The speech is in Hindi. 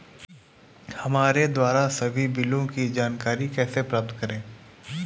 हमारे द्वारा सभी बिलों की जानकारी कैसे प्राप्त करें?